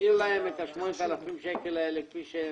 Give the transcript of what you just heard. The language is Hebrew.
משאיר להן את ה-8,000 שקלים האלה כפי שהם,